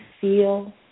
feel